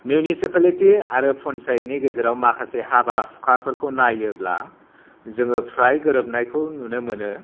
municipality आरो पन्सायतनि गेजेराव माखासे हाबा हुखाफोरखौ नायोब्ला जोङो फ्राय गोरोबनायखौ नुनो मोनो